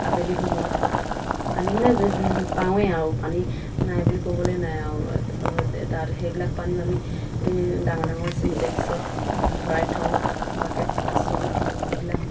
আবেলি সময়ত পানী মানে যে পাওঁৱেই আৰু পানী নাই বুলি ক'বলৈ নাই আৰু তাত সেইবিলাক পানীও আমি ডাঙৰ ডাঙৰ চিনটেক্সত ভৰাই থঁও বাকেট বাচন এইবিলাক